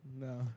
No